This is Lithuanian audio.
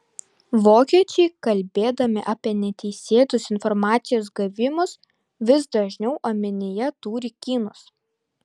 vokiečiai kalbėdami apie neteisėtus informacijos gavimus vis dažniau omenyje turi kinus